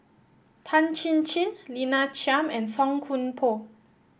Tan Chin Chin Lina Chiam and Song Koon Poh